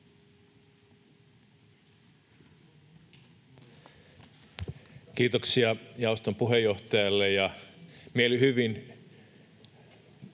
Kiitoksia jaoston puheenjohtajalle. Mielihyvin